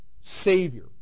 Savior